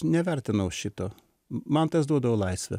nevertinau šito man tas duodavo laisvę